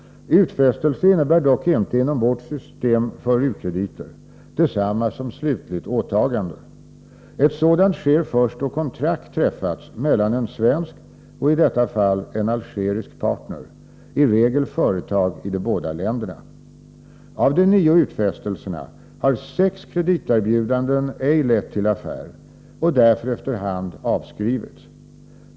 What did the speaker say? Utfästelse innebär dock inte inom vårt system för u-krediter detsamma som slutligt åtagande. Ett sådant sker först då kontrakt träffats mellan en svensk och i detta fall en algerisk partner, i regel företag i de båda länderna. Av de nio utfästelserna har sex krediterbjudanden ej lett till affär och därför efter hand avskrivits.